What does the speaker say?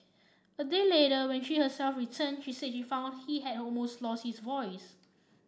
a day later when she herself returned she said she found he had almost lost his voice